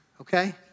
okay